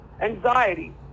anxiety